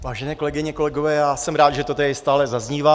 Vážené kolegyně, kolegové, jsem rád, že to tady stále zaznívá.